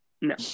no